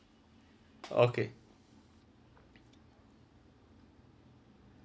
okay